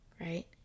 right